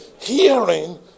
Hearing